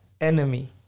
enemy